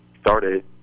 started